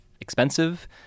expensive